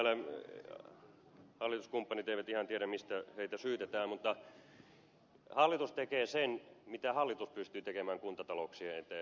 täällä hallituskumppanit eivät ihan tiedä mistä heitä syytetään mutta hallitus tekee sen mitä hallitus pystyy tekemään kuntatalouksien eteen